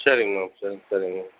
சரிங்க மேம் சரி சரிங்க மேம்